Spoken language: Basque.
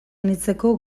anitzeko